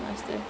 ya